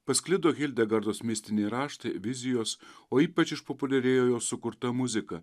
pasklido hildegardos mistiniai raštai vizijos o ypač išpopuliarėjo jos sukurta muzika